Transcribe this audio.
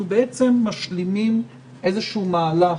אנחנו בעצם משלימים מהלך